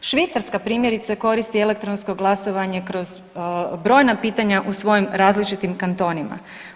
Švicarska primjerice koristi elektronsko glasovanje kroz brojna pitanja u svojim različitim kantonima.